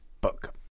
book